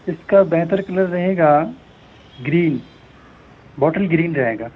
اس کا بہتر کلر رہے گا گرین بوٹل گرین رہے گا